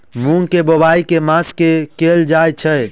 मूँग केँ बोवाई केँ मास मे कैल जाएँ छैय?